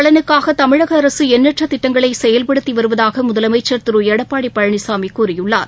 நலனுக்காகதமிழகஅரசுஎண்ணற்றதிட்டங்களைசெயல்படுத்திவருவதாகமுதலமைச்சா் முதியோர் திருஎடப்பாடிபழனிசாமிகூறியுள்ளார்